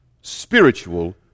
spiritual